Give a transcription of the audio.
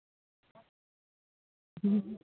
ᱦᱩᱸ